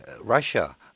Russia